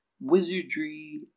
wizardry